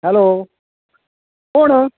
hello कोण